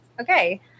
Okay